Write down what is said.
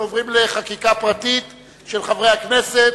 אנחנו עוברים לחקיקה פרטית של חברי הכנסת,